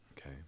Okay